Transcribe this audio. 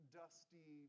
dusty